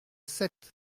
sept